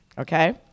okay